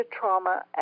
trauma